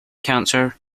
cancer